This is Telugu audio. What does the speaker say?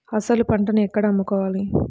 అసలు పంటను ఎక్కడ అమ్ముకోవాలి?